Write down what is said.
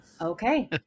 Okay